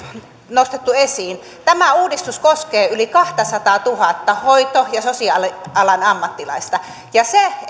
nostettu esiin tämä uudistus koskee yli kahtasataatuhatta hoito ja sosiaalialan ammattilaista ja siitä